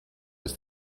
ist